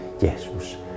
Jesus